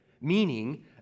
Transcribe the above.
meaning